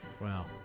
Wow